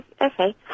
Okay